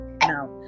now